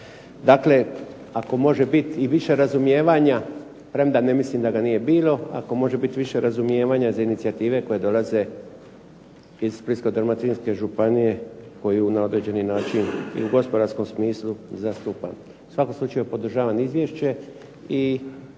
Dakle, ako može biti i više razumijevanja, premda ne mislim da je bilo, ako može biti više razumijevanja za inicijative koje dolaze iz Splitsko-dalmatinske županije koju na određeni način i u gospodarskom smislu zastupam. U svakom slučaju podržavam izvješće